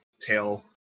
tail